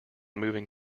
moving